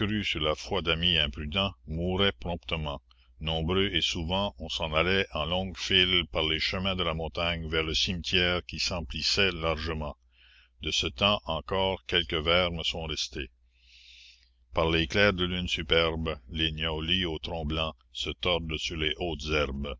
la foi d'amis imprudents mouraient promptement nombreux et souvent on s'en allait en longues files par les chemins de la montagne vers le cimetière qui s'emplissait largement de ce temps encore quelques vers me sont restés par les clairs de lune superbes les niaoulis aux troncs blancs se tordent sur les hautes herbes